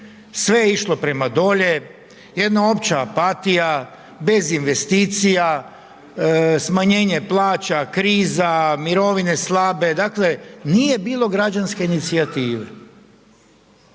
sve je išlo prema dolje, jedna opća apatija, bez investicija, smanjenje plaća, kriza, mirovine slabe dakle nije bilo građanske inicijative.